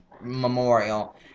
memorial